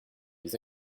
les